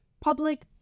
public